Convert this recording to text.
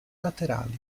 laterali